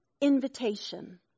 invitation